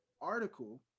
article